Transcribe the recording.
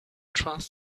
trust